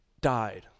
died